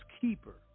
keeper